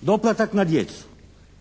Doplatak na djecu